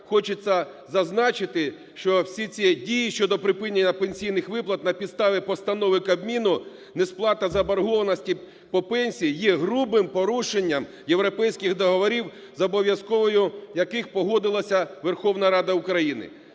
хочеться зазначити, що всі ці дії щодо припинення пенсійних виплат на підставі постанови Кабміну, несплата заборгованості по пенсії є грубим порушенням європейських договорів з обов'язковою… яких погодилася Верховна Рада України,